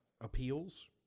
appeals